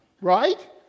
Right